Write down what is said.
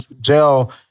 jail